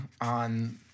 on